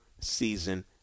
season